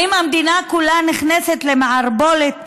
האם המדינה כולה נכנסת למערבולת